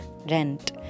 rent